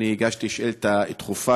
הגשתי שאילתה דחופה,